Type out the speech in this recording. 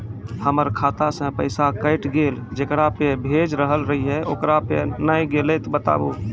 हमर खाता से पैसा कैट गेल जेकरा पे भेज रहल रहियै ओकरा पे नैय गेलै बताबू?